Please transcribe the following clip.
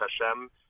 Hashem